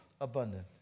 abundant